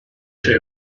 şey